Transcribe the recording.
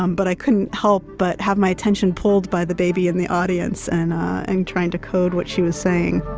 um but i couldn't help but have my attention pulled by the baby in the audience and and trying to code what she was saying